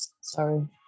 sorry